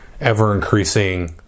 ever-increasing